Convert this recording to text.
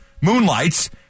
moonlights